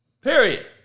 Period